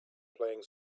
playing